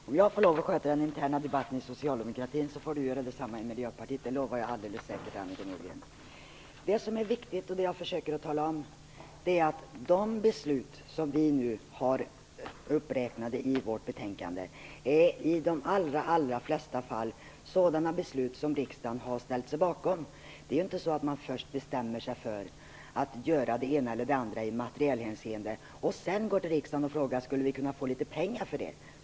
Herr talman! Om jag får lova att sköta den interna debatten inom socialdemokratin får Annika Nordgren göra detsamma i Miljöpartiet. Det lovar jag alldeles säkert. Det som är viktigt och det jag försöker att tala om är att de beslut som finns uppräknade i vårt betänkande i de allra flesta fall är beslut som riksdagen har ställt sig bakom. Det är inte så att man först bestämmer sig för att göra det ena eller det andra i materielhänseende och sedan går till riksdagen och frågar om man skulle kunna få litet pengar för det.